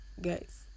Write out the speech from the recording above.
guys